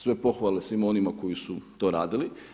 Sve pohvale svima onima koji su to radili.